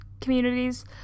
communities